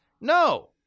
No